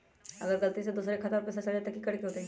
अगर गलती से दोसर के खाता में पैसा चल जताय त की करे के होतय?